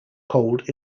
cold